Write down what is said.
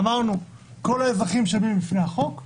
אמרנו שכל האזרחים שווים בפני החוק,